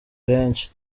henshi